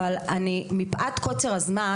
אבל מפאת קוצר הזמן,